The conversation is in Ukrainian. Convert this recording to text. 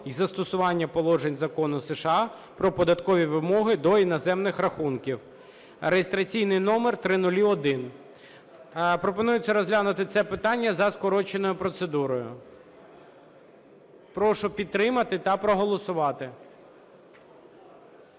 й застосування положень Закону США "Про податкові вимоги до іноземних рахунків" (реєстраційний номер 2102). Пропонується розглянути цей законопроект за скороченою процедурою. Прошу підготуватись до голосування.